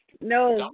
No